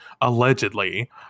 allegedly